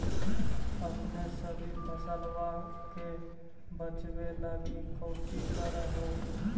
अपने सभी फसलबा के बच्बे लगी कौची कर हो?